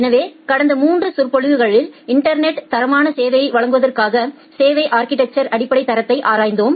எனவே கடந்த 3 பாடங்களில் இன்டர்நெட்டில் தரமான சேவையை வழங்குவதற்காக சேவை அா்கிடெக்சரின் அடிப்படை தரத்தை ஆராய்ந்தோம்